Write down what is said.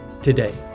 today